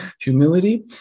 humility